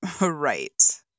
Right